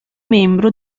membro